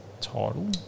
title